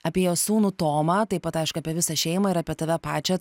apie jos sūnų tomą taip pat aišku apie visą šeimą ir apie tave pačią